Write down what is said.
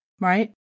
right